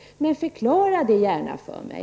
Men förklara det gärna för mig.